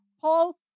Paul